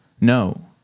No